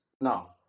no